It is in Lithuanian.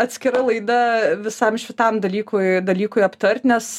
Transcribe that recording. atskira laida visam šitam dalykui dalykui aptart nes